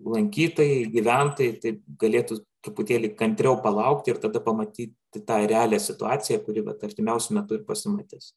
lankytojai gyventojai tai galėtų truputėlį kantriau palaukti ir tada pamatyt tą realią situaciją kuri vat artimiausiu metu ir pasimatys